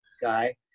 guy